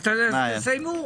אז תסיימו,